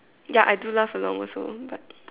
ya I do laugh along with them